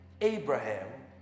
Abraham